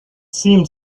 seemed